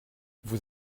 vous